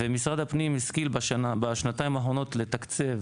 משרד הפנים השכיל בשנתיים האחרונות לתקצב